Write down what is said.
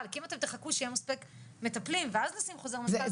כי אם אתם תחכו שיהיה מספיק מטפלים ואז נשים חוזר מנכ"ל,